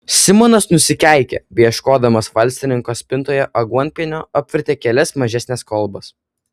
simonas nusikeikė beieškodamas vaistininko spintoje aguonpienio apvertė kelias mažesnes kolbas